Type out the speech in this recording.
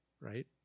right